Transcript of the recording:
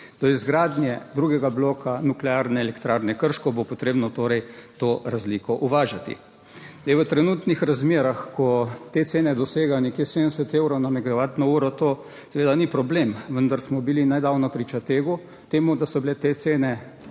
Do izgradnje drugega bloka Nuklearne elektrarne Krško bo potrebno torej to razliko uvažati. Zdaj, v trenutnih razmerah, ko te cene dosegajo nekje 70 evrov na megavatno uro, to seveda ni problem, vendar smo bili nedavno priča temu, da so bile te cene